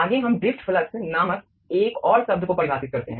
आगे हम drift flux नामक एक और शब्द को परिभाषित करते हैं